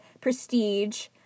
Prestige